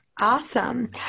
Awesome